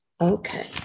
Okay